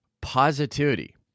positivity